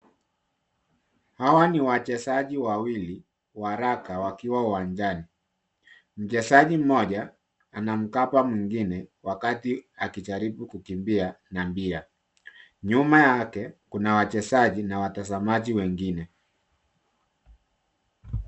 Hawa ni wachezaji wawili wa raga wakiwa uwanjani. Mchezaji mmoja anamkaba mwingine wakati akijaribu kukimbia na mpira. Nyuma yake kuna wachezaji na watazamaji wengine.